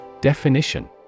Definition